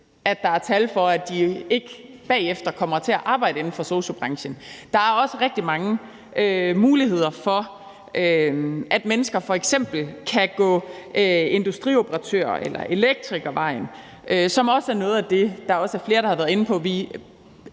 at der er et tal for, at de ikke bagefter kommer til at arbejde inden for sosu-branchen. Der er også rigtig mange muligheder for, at mennesker f.eks. kan gå industrioperatør- eller elektrikervejen, som også er nogle af de jobs, som flere har været inde på